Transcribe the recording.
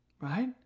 Right